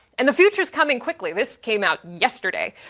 and the future's coming quickly. this came out yesterday.